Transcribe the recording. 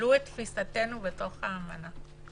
ולו את תפיסתנו בתוך האמנה.